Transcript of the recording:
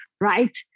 right